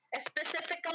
Specifically